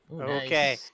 Okay